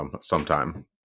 sometime